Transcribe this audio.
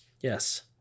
Yes